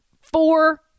Four